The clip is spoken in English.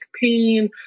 pain